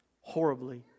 Horribly